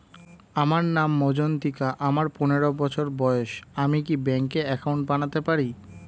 আমার নাম মজ্ঝন্তিকা, আমার পনেরো বছর বয়স, আমি কি ব্যঙ্কে একাউন্ট বানাতে পারি?